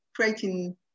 creating